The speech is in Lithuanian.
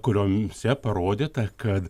kuriose parodyta kad